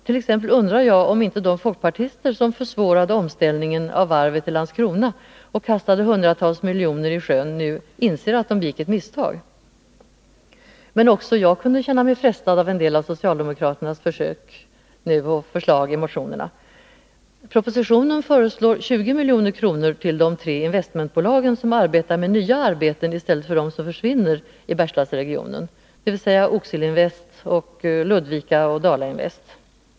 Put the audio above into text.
Jag undrar t.ex. om inte de folkpartister som försvårade omställningen av varvet i Landskrona och kastade hundratals miljoner i sjön nu inser att de begick ett misstag. Men också jag kunde känna mig frestad av en del socialdemokratiska försök nu och av vissa förslag i de socialdemokratiska motionerna. I propositionen föreslås 20 milj.kr. till de tre investmentbolag som arbetar med frågan om nya arbeten i stället för dem som försvinner i Bergslagsregionen, dvs. Oxelöinvest, Ludvika Industri och Dala-invest.